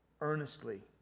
earnestly